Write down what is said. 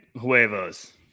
huevos